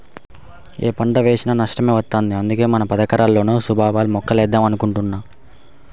యే పంట వేసినా నష్టమే వత్తంది, అందుకే మన పదెకరాల్లోనూ సుబాబుల్ మొక్కలేద్దాం అనుకుంటున్నా